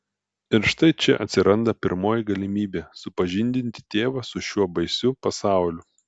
ir štai čia atsiranda pirmoji galimybė supažindinti tėvą su šiuo baisiu pasauliu